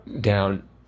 down